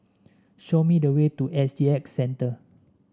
show me the way to S G X Centre